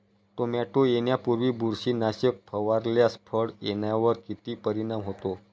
Tomato येण्यापूर्वी बुरशीनाशक फवारल्यास फळ येण्यावर किती परिणाम होतो?